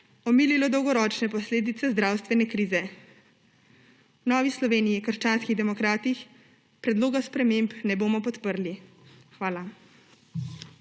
omililo dolgoročne posledice zdravstvene krize. V Novi Sloveniji – krščanski demokrati predloga sprememb ne bomo podprli. Hvala.